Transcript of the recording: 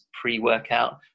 pre-workout